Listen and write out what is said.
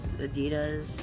Adidas